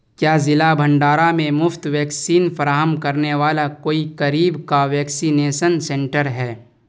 کیا ضلع بھنڈارا میں مفت ویکسین فراہم کرنے والا کوئی قریب کا ویکسینیشن سنٹر ہے